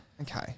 okay